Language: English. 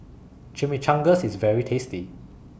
Chimichangas IS very tasty